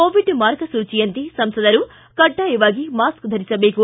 Covid ಮಾರ್ಗಸೂಚಿಯಂತೆ ಸಂಸದರು ಕಡ್ಡಾಯವಾಗಿ ಮಾಸ್ಕ್ ಧರಿಸಬೇಕು